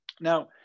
Now